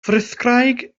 frithgraig